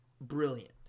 brilliant